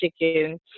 chicken